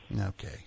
Okay